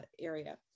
area